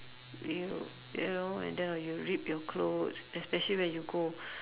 you you know and then or you rip your clothes especially when you go